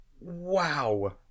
wow